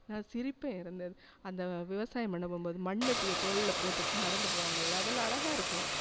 நான் சிரிப்பேன் இருந்து அந்த விவசாயம் பண்ண போகும்போது மண்வெட்டியை தோளில் போட்டுகிட்டு நடந்து போவாங்கள்ல அதெல்லாம் அழகாருக்கும்